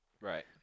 Right